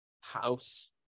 house